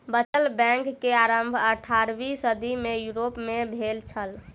बचत बैंक के आरम्भ अट्ठारवीं सदी में यूरोप में भेल छल